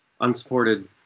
unsupported